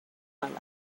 them